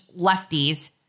lefties